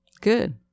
Good